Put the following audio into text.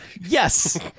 Yes